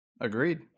Agreed